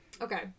Okay